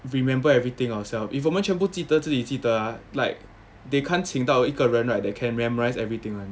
remember everything ourselves if 我们全部记得这里记得 like they can't 请到一个人 right that can memorize everything [one]